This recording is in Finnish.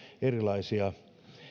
erilaisia